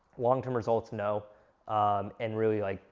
long-term results know um and really like,